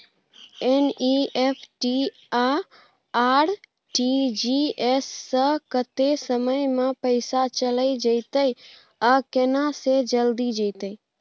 NEFT आ RTGS स कत्ते समय म पैसा चैल जेतै आ केना से जल्दी जेतै?